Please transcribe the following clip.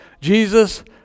Jesus